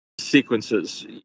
Sequences